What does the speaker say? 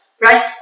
right